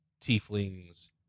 tieflings